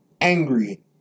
angry